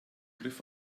griff